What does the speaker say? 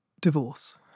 divorce